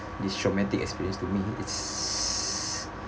this traumatic experience to me it's